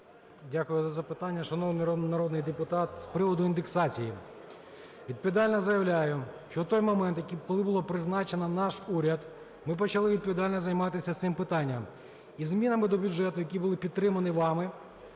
Дякую за запитання. Шановний народний депутат, з приводу індексації. Відповідально заявляю, що в той момент, коли було призначено наш уряд, ми почали відповідально займатися цим питанням. Із змінами до бюджету, які були підтримані вами,